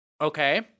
Okay